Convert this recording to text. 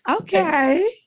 okay